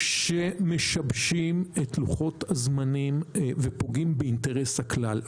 שמשבשים את לוחות הזמנים ופוגעים באינטרס הכלל.